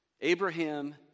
Abraham